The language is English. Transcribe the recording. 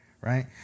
right